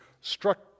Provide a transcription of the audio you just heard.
struck